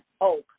oak